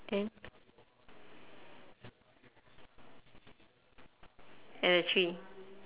then at a tree